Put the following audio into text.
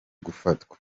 gufatwa